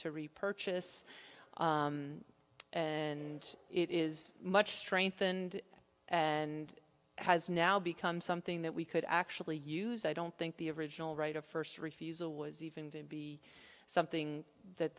to repurchase and it is much strengthened and has now become something that we could actually use i don't think the original right of first refusal was even to be something that